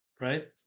right